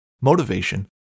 motivation